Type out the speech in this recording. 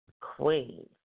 Queen